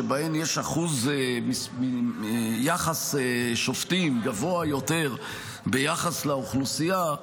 שבהן יש יחס שופטים גבוה יותר ביחס לאוכלוסייה,